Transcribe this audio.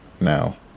now